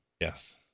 Yes